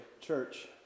church